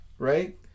right